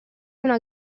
una